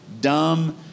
dumb